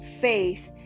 faith